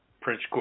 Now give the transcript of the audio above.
Prince